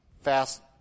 fast